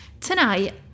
Tonight